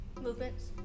movements